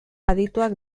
adituek